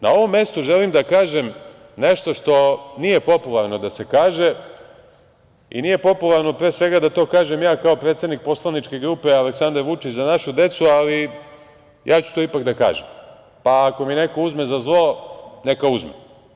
Na ovom mestu želim da kažem nešto što nije popularno da se kaže i nije popularno pre svega da to kažem ja kao predsednik Poslaničke grupe Aleksandar Vučić – Za našu decu, ali ja ću to ipak da kažem, pa ako mi neko uzme za zlo, neka uzme.